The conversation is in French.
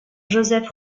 joseph